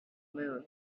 moon